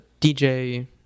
DJ